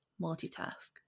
multitask